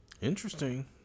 Interesting